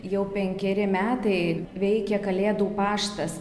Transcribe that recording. jau penkeri metai veikia kalėdų paštas